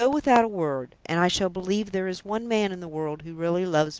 go without a word, and i shall believe there is one man in the world who really loves me.